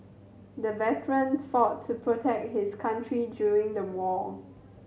the veteran fought to protect his country during the war